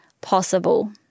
possible